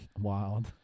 wild